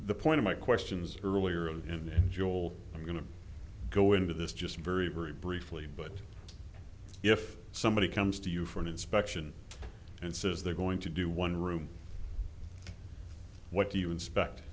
the point of my questions earlier in the enjoyable i'm going to go into this just very very briefly but if somebody comes to you for an inspection and says they're going to do one room what do you inspect